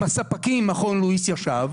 עם הספקים מכון לואיס ישב